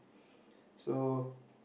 so